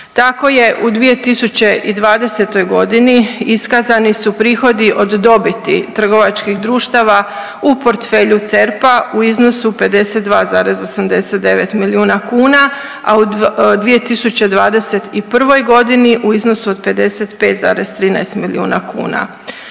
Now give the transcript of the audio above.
Tako je u 2020. godini iskazani su prihodi od dobiti trgovačkih društava u portfelju CERP-a u iznosu 52,89 milijuna kuna, a u 2021. godini u iznosu od 55,13 milijuna kuna.